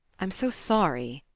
i'm so sorry,